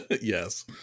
Yes